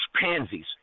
pansies